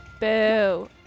Boo